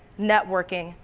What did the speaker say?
networking,